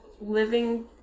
living